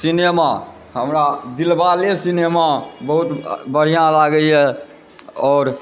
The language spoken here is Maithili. सिनेमा हमरा दिलवाले सिनेमा बहुत बढ़िआँ लागैए आओर